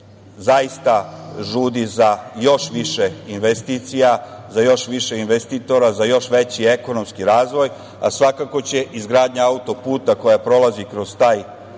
zaista žudi za još više investicija, za još više investitora, za još veći ekonomski razvoj, a svakako će izgradnja auto-puta koji prolazi kroz taj